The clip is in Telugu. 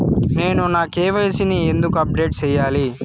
నేను నా కె.వై.సి ని ఎందుకు అప్డేట్ చెయ్యాలి?